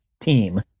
team